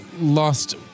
lost